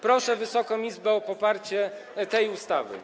Proszę Wysoką Izbę o poparcie tej ustawy.